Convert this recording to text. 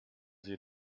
sie